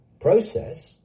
process